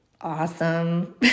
awesome